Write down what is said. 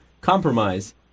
compromise